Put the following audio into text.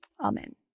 Amen